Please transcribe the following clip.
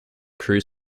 crew